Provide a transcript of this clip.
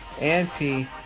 Anti